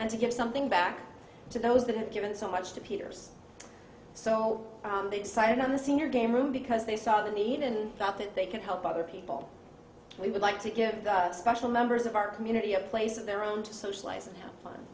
and to give something back to those that have given so much to peter's so they decided on the senior game room because they saw the need and thought that they can help other people we would like to get special members of our community a place of their own to socialize